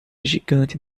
gigante